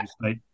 state